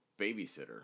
Babysitter